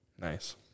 Nice